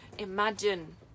Imagine